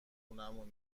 خونمون